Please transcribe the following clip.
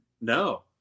No